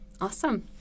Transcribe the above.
awesome